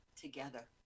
together